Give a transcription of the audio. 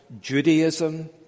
Judaism